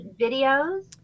videos